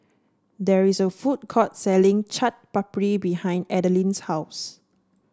there is a food court selling Chaat Papri behind Adaline's house